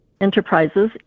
Enterprises